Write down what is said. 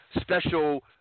special